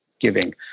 giving